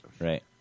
Right